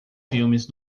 filmes